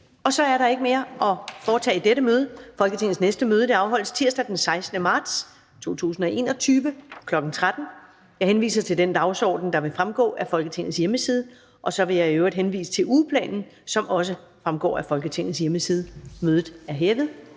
Så er der ikke mere at foretage i dette møde. Folketingets næste møde afholdes tirsdag den 16. marts 2021, kl. 13.00. Jeg henviser til den dagsorden, der vil fremgå af Folketingets hjemmeside. Så vil jeg i øvrigt henvise til ugeplanen, som også vil fremgå af Folketingets hjemmeside. Mødet er hævet.